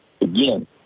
again